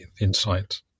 Insight